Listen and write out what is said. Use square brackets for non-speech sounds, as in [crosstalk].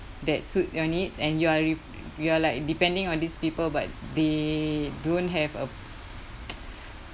that suit your needs and you are re~ you are like depending on these people but they don't have a [noise]